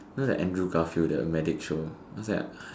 you know the Andrew-Garfield the medic show what's that